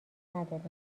نداریم